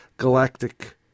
galactic